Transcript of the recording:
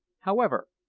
however,